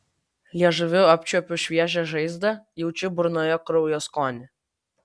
liežuviu apčiuopiu šviežią žaizdą jaučiu burnoje kraujo skonį